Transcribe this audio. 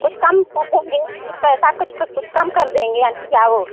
कुछ कम कर देंगे कुछ पैसा कुछ कुछ कुछ कम कर देंगे आंटी आओ